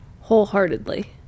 wholeheartedly